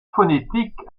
phonétique